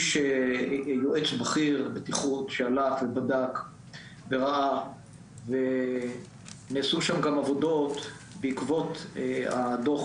יועץ בכיר של בטיחות שהלך ובדק וראה ונעשו שם גם עבודות בעקבות הדו"ח